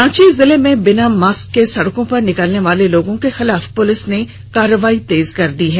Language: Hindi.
रांची जिले में बिना मास्क के सड़कों पर निकलने वाले लोगों के खिलाफ पुलिस ने कार्रवाई तेज कर दी है